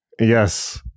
Yes